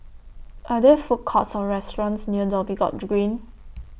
Are There Food Courts Or restaurants near Dhoby Ghaut Green